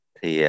Thì